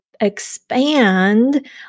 expand